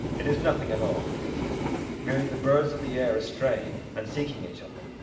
it is nothing at all, deirdre merely the birds of the air astray and seeking each other.